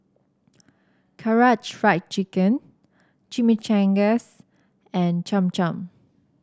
Karaage Fried Chicken Chimichangas and Cham Cham